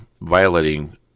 violating